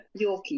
Yorkie